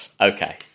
okay